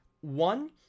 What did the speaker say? One